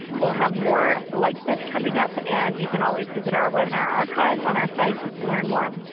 we'll have more like this coming up. and you can always visit our webinar archives on our site to to learn more.